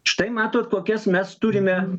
štai matot kokias mes turime